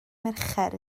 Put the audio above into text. mercher